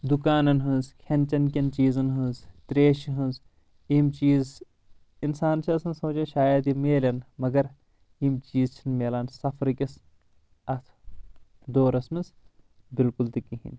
دُکانن ہنٛز کھیٚن چیٚن کٮ۪ن چیٖزن ہٕنٛز تریشہٕ یٕنٛز یِم چیٖز اِنسان چُھ سونٛچان شاید یِم مِلن مگر یم چیٖز چھنہٕ مِلان سفرٕکِس اتھ دورس منٛز بِلکُل تہِ کِہیٖنۍ